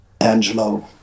Angelo